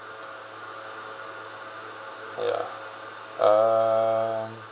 ya err